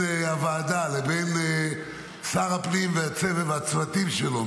הוועדה לבין שר הפנים והצוותים שלו,